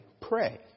pray